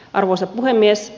arvoisa puhemies